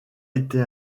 été